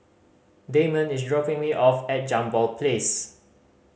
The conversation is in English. Damond is dropping me off at Jambol Place